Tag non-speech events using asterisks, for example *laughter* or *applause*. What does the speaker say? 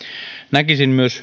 näkisin myös *unintelligible*